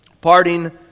Parting